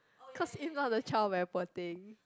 cause if not the child very poor thing